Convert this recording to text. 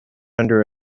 under